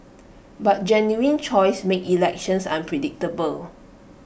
but genuine choice makes elections unpredictable